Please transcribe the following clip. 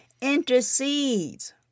intercedes